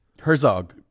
Herzog